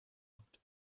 road